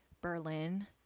Berlin